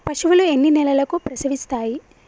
పశువులు ఎన్ని నెలలకు ప్రసవిస్తాయి?